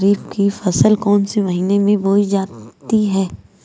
खरीफ की फसल कौन से महीने में बोई जाती है?